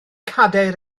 cadair